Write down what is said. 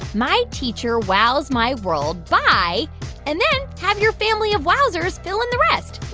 my teacher wows my world, by and then have your family of wowzers fill in the rest